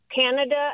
canada